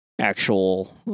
actual